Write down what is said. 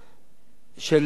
של הצורך